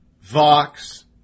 Vox